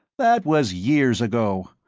that was years ago.